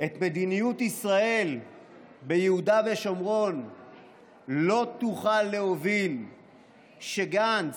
את מדיניות ישראל ביהודה ושומרון לא תוכל להוביל כשגנץ,